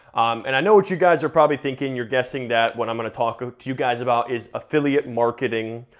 and i know what you guys are probably thinking you're guessing that what i'm gonna talk ah to you guys about is affiliate marketing,